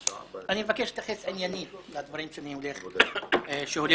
אני מבקש להתייחס עניינית לדברים שאני הולך להגיד.